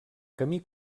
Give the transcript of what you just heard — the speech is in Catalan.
camí